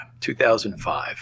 2005